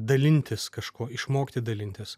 dalintis kažko išmokti dalintis